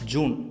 June